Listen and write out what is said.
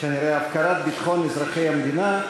הפקרת ביטחון אזרחי המדינה,